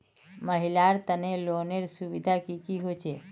महिलार तने लोनेर सुविधा की की होचे?